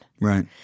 Right